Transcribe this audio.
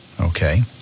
Okay